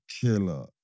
killer